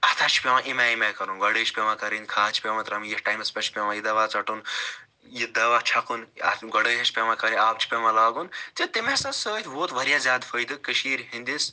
اَتھ ہسا چھُ پیٚوان أمہِ آیہِ أمہِ آیہِ کَرٕنۍ گۄڈٲے چھِ پیٚوان کَرٕنۍ کھاد چھِ پیٚوان ترٛاوٕنۍ یَتھ ٹایمَس پٮ۪ٹھ چھُ پیٚوان یہِ دوا ژَٹُن یہِ دوا چھَکُن اَتھ یِم گۄڈٲے حظ چھِ پیٚوان کَرٕنۍ آب چھُ پیٚوان لاگُن تہٕ تَمہِ ہسا سۭتۍ ووت واریاہ زیادٕ فٲیدٕ کٔشیٖر ہِنٛدِس